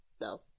no